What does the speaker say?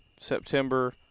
September